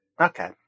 Okay